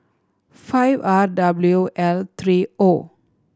five R W L three O